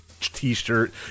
t-shirt